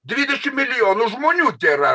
dvidešim milijonų žmonių tėra